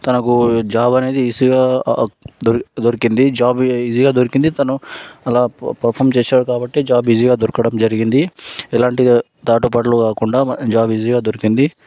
తనకు జాబ్ అనేది ఈజీగా దోర్ దొరికింది జాబ్ ఈజీగా దొరికింది తను అలా పర్ఫార్మ్ చేశాడు కాబట్టి జాబ్ ఈజీగా దొరకడం జరిగింది ఎలాంటిదో దాటపడలు కాకుండా జాబ్ ఈజీగా దొరికింది